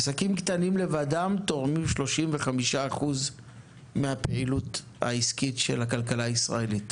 עסקים קטנים לבדם תורמים 35% מהפעילות של הכלכלה הישראלית.